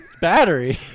battery